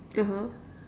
(uh huh)